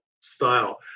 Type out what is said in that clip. style